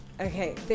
okay